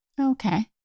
Okay